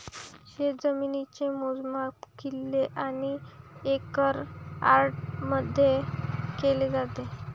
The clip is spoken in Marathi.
शेतजमिनीचे मोजमाप किल्ले आणि एकर यार्डमध्ये केले जाते